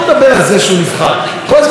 כל הזמן אנחנו שומעים כאן: הרוב בחר בנו, הרוב,